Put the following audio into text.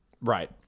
right